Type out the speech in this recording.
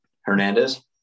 Hernandez